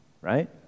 right